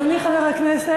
אדוני חבר הכנסת,